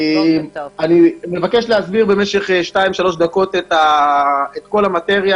אני מבקש להסביר במשך שתיים-שלוש דקות את כל המטריה